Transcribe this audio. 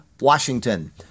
Washington